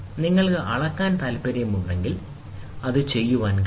നിങ്ങൾക്ക് അളക്കാൻ താൽപ്പര്യമുണ്ടെങ്കിൽ നിങ്ങൾക്ക് അത് ചെയ്യാൻ കഴിയും